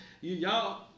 y'all